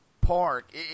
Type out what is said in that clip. Park